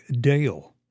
Dale